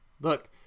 Look